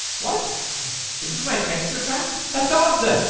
what this is my texture pack, that's awesome